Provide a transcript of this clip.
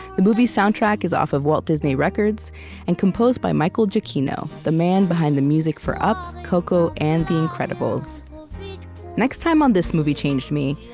the movie's soundtrack is off of walt disney records and composed by michael giacchino, the man behind the music for up, coco, and the incredibles next time on this movie changed me,